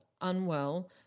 unwell